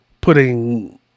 putting